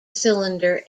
cylinder